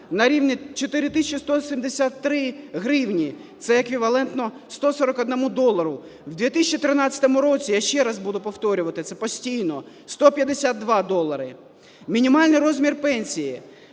4 тисячі 173 гривні – це еквівалентно 141 долару. В 2013 році, я ще раз буду повторювати це постійно, 152 долари. Мінімальний розмір пенсії